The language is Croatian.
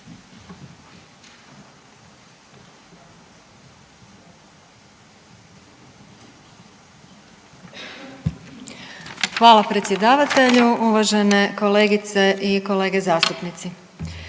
Hvala predsjedavatelju. Uvažene kolegice i kolege zastupnici.